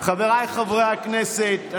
חבריי חברי הכנסת,